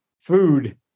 food